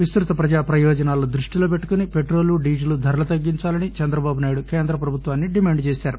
విస్తృత ప్రజా ప్రయోజనాలను దృష్టిలో పెట్టుకుని పెట్రోల్ డీజిల్ ధరలు తగ్గించాలని చంద్రబాబునాయుడు కేంద్ర ప్రభుత్వాన్ని డిమాండ్ చేశారు